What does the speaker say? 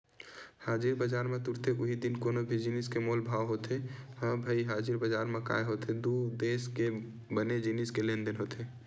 हाजिर बजार म तुरते उहीं दिन कोनो भी जिनिस के मोल भाव होथे ह भई हाजिर बजार म काय होथे दू देस के बने जिनिस के लेन देन होथे